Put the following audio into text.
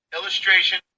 illustration